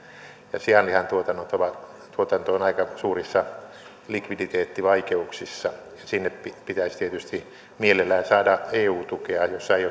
ja sianlihan tuotanto on aika suurissa likviditeettivaikeuksissa sinne pitäisi tietysti mielellään saada eu tukea jossa ei